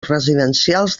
residencials